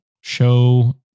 show